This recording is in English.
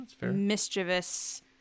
mischievous